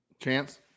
Chance